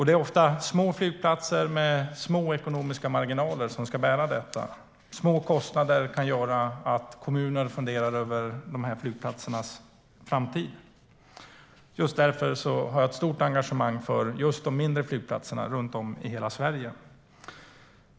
Det är ofta små flygplatser med små ekonomiska marginaler som ska bära detta. Små kostnadsökningar kan göra att kommuner funderar över flygplatsernas framtid. Just därför har jag ett stort engagemang för de mindre flygplatserna runt om i hela Sverige.